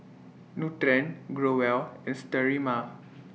Nutren Growell and Sterimar